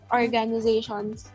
organizations